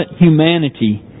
humanity